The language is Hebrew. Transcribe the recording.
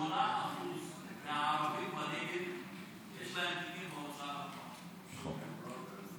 אם אנחנו פה במדרון החלקלק,